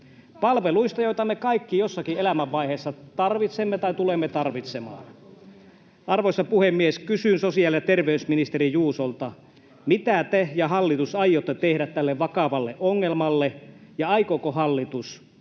palveluista, joita me kaikki jossakin elämänvaiheessa tarvitsemme tai tulemme tarvitsemaan. Arvoisa puhemies! Kysyn sosiaali- ja terveysministeri Juusolta: mitä te ja hallitus aiotte tehdä tälle vakavalle ongelmalle, ja aikooko hallitus, ja